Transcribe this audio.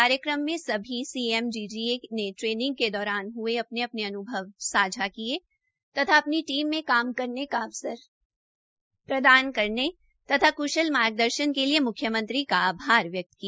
कार्यक्रम में सभी सीएमजीजीए ने ट्रेनिंग के दौरान हुए अपने अपने अनुभव सांझा किए तथा अपनी टीम में काम करने का अवसर प्रदान करने तथा कुशल मार्गदर्शन के लिए मुख्यमंत्री का आभार व्यक्त किया